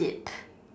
yep